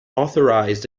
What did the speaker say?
authorized